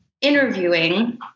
interviewing